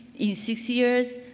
in six years,